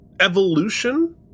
evolution